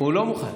הוא לא מוכן.